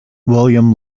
william